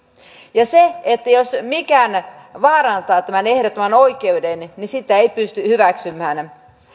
jos mikään vaarantaa tämän ehdottoman oikeuden niin niin sitä ei pysty hyväksymään